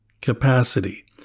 capacity